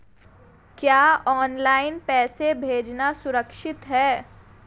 क्या ऑनलाइन पैसे भेजना सुरक्षित है?